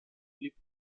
blieb